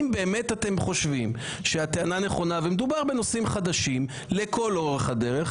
אם באמת אתם חושבים שהטענה נכונה ומדובר בנושאים חדשים לכל אורך הדרך,